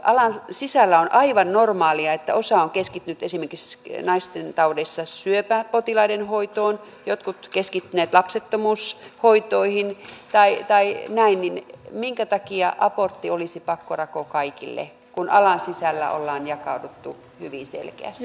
alan sisällä on aivan normaalia että osa on esimerkiksi naistentaudeissa keskittynyt syöpäpotilaiden hoitoon jotkut ovat keskittyneet lapsettomuushoitoihin tai näin niin minkä takia abortti olisi pakkorako kaikille kun alan sisällä ollaan jakauduttu hyvin selkeästi